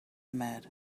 mad